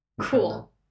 Cool